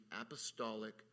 apostolic